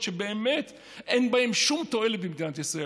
שבאמת אין בהן שום תועלת במדינת ישראל?